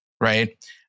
Right